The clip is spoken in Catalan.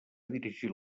dirigir